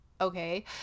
okay